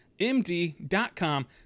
MD.com